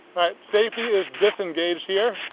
right safety is disengaged here,